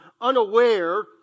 unaware